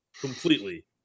completely